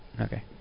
Okay